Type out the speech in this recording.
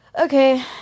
Okay